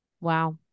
Wow